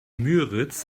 müritz